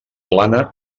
plana